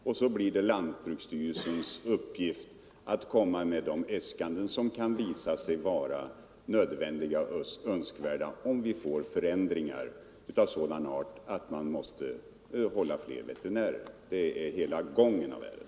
Och så blir det lantbruksstyrelsens uppgift att framlägga de äskanden som kan visa sig vara nödvändiga om vi får förändringar av sådan art att man måste hålla fler veterinärer. Det är hela gången av ärendet.